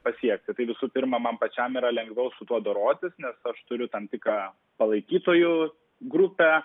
pasiekti tai visų pirma man pačiam yra lengviau su tuo dorotis nes aš turiu tam tikrą palaikytojų grupę